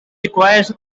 requires